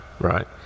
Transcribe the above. right